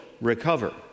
recover